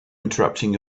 interrupting